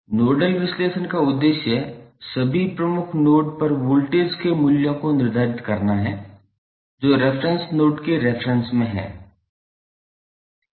nodal विश्लेषण का उद्देश्य सभी प्रमुख नोड पर वोल्टेज के मूल्यों को निर्धारित करना है जो रेफेरेंस नोड के रेफेरेंस में है